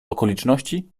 okoliczności